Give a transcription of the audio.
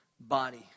body